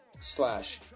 slash